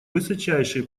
высочайший